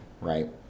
right